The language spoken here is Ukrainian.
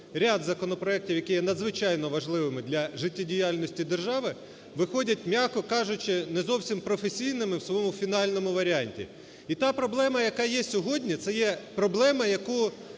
ряд законопроектів, які є надзвичайно важливими для життєдіяльності держави, виходять, м'яко кажучи, не зовсім професійними в своєму фінальному варіанті. І та проблема, яка є сьогодні, це є проблема, яку